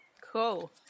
Cool